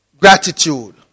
gratitude